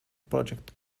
project